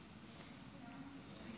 כנסת